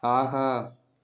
ஆஹா